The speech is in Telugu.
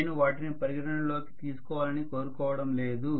నేను వాటిని పరిగణనలోకి తీసుకోవాలని కోరుకోవడం లేదు